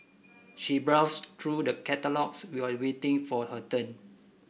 she browsed through the catalogues while waiting for her turn